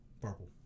Purple